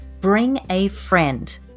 BRINGAFRIEND